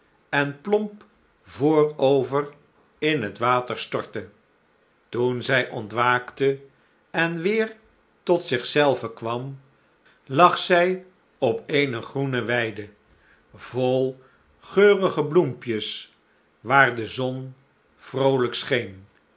en plomp voorover in het water stortte toen zij ontwaakte en weer tot zich zelve kwam lag zij op eene groene weide vol geurige bloempjes waar de zon vrolijk scheen